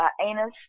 anus